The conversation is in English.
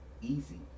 easy